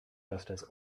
justice